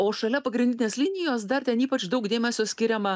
o šalia pagrindinės linijos dar ten ypač daug dėmesio skiriama